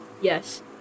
Yes